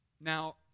Now